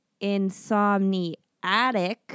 Insomniatic